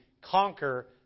conquer